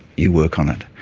you work on it.